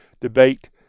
debate